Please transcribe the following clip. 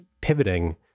pivoting